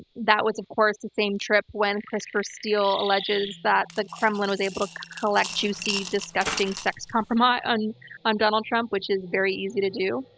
that was of course the same trip when christopher steele alleges that the kremlin was able to collect juicy, disgusting sex kompromat on um donald trump, which is very easy to do.